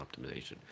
optimization